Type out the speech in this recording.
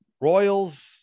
Royals